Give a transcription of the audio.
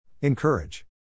Encourage